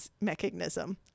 mechanism